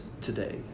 today